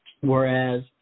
whereas